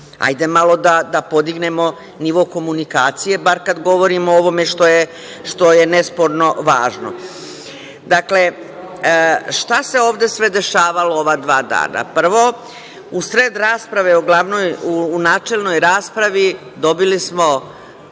Hajde malo da podignemo nivo komunikacije, bar kad govorimo o ovome što je nesporno važno. Dakle, šta se ovde sve dešavalo ova dva dana? Prvo, u sred rasprave, u načelnoj raspravi, dobili smo